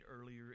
earlier